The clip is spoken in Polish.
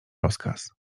rozkaz